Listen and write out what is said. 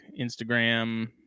instagram